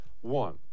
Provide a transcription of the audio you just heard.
One